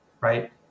right